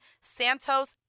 Santos